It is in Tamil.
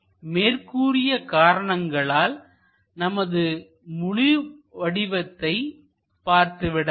மேற்கூறிய காரணங்களால் நமது முழு வடிவத்தை பார்த்துவிடலாம்